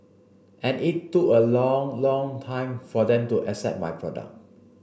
and it a long long time for them to accept my product